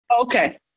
Okay